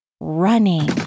running